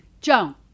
Joan